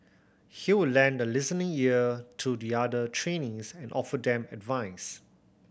he would lend a listening ear to the other trainees and offer them advice